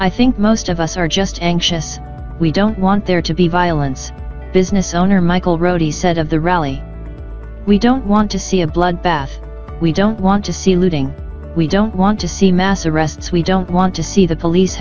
i think most of us are just anxious we don't want there to be violence business owner michael wrote he said of the rally we don't want to see a bloodbath we don't want to see looting we don't want to see mass arrests we don't want to see the police